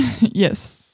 Yes